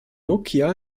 nokia